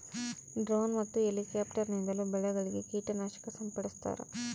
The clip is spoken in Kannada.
ಡ್ರೋನ್ ಮತ್ತು ಎಲಿಕ್ಯಾಪ್ಟಾರ್ ನಿಂದಲೂ ಬೆಳೆಗಳಿಗೆ ಕೀಟ ನಾಶಕ ಸಿಂಪಡಿಸ್ತಾರ